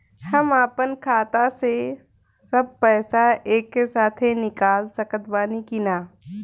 हम आपन खाता से सब पैसा एके साथे निकाल सकत बानी की ना?